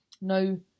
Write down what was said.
No